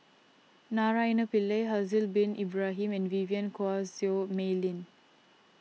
Naraina Pillai Haslir Bin Ibrahim and Vivien Quahe Seah Mei Lin